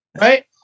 Right